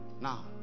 now